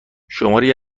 شماری